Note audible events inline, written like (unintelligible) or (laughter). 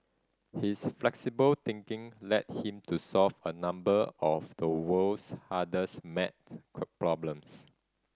his flexible thinking led him to solve a number of the world's hardest maths (unintelligible) problems